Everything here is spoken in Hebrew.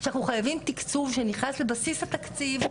שאנחנו חייבים תקצוב שנכנס לבסיס התקציב,